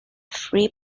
free